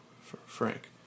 Frank